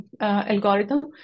algorithm